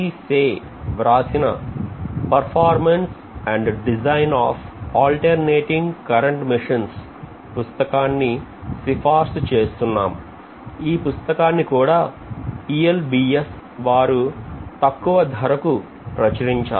Say వ్రాసిన Performance and Design of Alternating Current Machines పుస్తకాన్ని సిఫార్సు చేస్తున్నాం ఈ పుస్తకాన్ని కూడా ELBS వారు రు తక్కువ ధరకు ప్రచురించారు